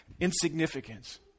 insignificance